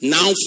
Now